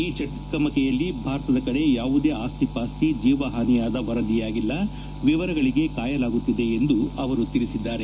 ಈ ಚಕಮಕಿಯಲ್ಲಿ ಭಾರತದ ಕಡೆ ಯಾವುದೇ ಆಸ್ತಿ ಪಾಸ್ತಿ ಜೀವಹಾನಿ ಆದ ವರದಿಯಾಗಿಲ್ಲ ವಿವರಗಳಿಗೆ ಕಾಯಲಾಗುತ್ತಿದೆ ಎಂದು ಅವರು ತಿಳಿಸಿದ್ದಾರೆ